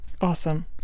Awesome